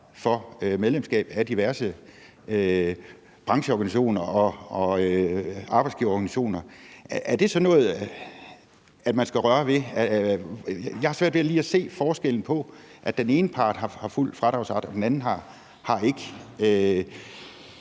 for medlemskab af diverse brancheorganisationer og arbejdsgiverorganisationer, og er det så noget, man skal røre ved? For jeg har svært ved lige at se forskellen. Altså, den ene part har fuld fradragsret, men den anden har ikke.